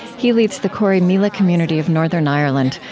he leads the corrymeela community of northern ireland,